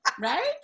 right